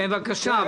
בבקשה.